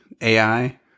AI